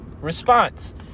response